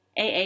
AA